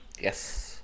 Yes